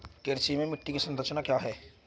कृषि में मिट्टी की संरचना क्या है?